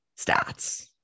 stats